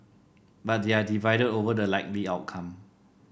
but they are divided over the likely outcome